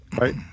Right